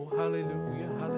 hallelujah